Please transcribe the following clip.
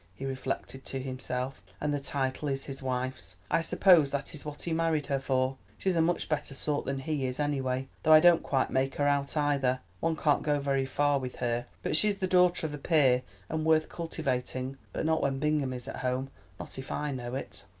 he reflected to himself, and the title is his wife's. i suppose that is what he married her for. she's a much better sort than he is, any way, though i don't quite make her out either one can't go very far with her. but she is the daughter of a peer and worth cultivating, but not when bingham is at home not if i know it.